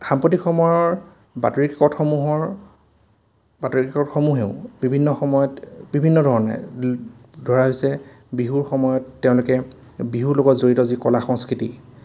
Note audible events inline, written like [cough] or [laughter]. সাম্প্ৰতিক সময়ৰ বাতৰি কাকতসমূহৰ বাতৰি কাকতসমূহেও বিভিন্ন সময়ত বিভিন্ন ধৰণে [unintelligible] ধৰা হৈছে বিহুৰ সময়ত তেওঁলোকে বিহুৰ লগত জড়িত যি কলা সংস্কৃতি